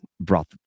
brought